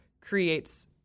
creates